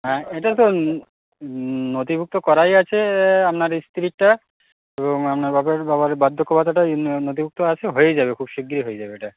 হ্যাঁ এটা তো নথিভুক্ত করাই আছে আমনার এই স্ত্রীরটা এবং আমনার বাপের বাবার বার্ধক্য ভাতাটা এই ন নথিভুক্ত আছে হয়ে যাবে খুব শিগগিরি হয়ে যাবে এটা